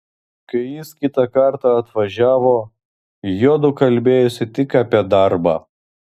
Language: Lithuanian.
kai jis kitą kartą atvažiavo juodu kalbėjosi tik apie darbą